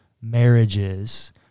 marriages